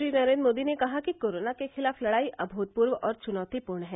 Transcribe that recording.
श्री नरेन्द्र मोदी ने कहा कि कोरोना के खिलाफ लड़ाई अभूतपूर्व और चुनौतीपूर्ण है